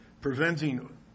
preventing